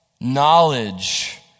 knowledge